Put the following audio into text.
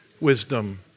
wisdom